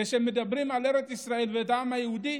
כשמדברים על ארץ ישראל ועל העם היהודי,